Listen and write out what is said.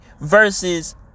versus